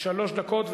שלוש דקות.